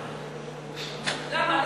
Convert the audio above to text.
למה?